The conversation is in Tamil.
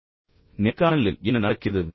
எனவே நேர்காணலில் என்ன நடக்கிறது